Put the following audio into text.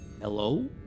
Hello